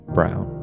Brown